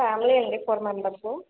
family అండీ four members